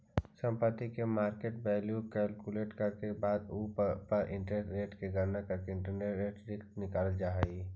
संपत्ति के market value calculate करे के बाद उ पर इंटरेस्ट रेट के गणना करके इंटरेस्ट रेट रिस्क निकालल जा हई